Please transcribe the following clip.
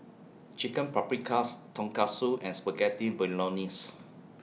Chicken Paprikas Tonkatsu and Spaghetti Bolognese